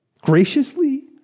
Graciously